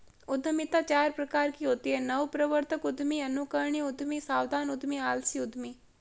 उद्यमिता चार प्रकार की होती है नवप्रवर्तक उद्यमी, अनुकरणीय उद्यमी, सावधान उद्यमी, आलसी उद्यमी